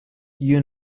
you